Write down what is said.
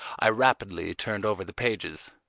i rapidly turned over the pages.